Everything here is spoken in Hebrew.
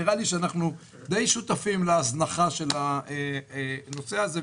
נראה לי שאנחנו די שותפים להזנחה של הנושא הזה,